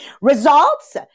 Results